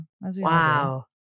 Wow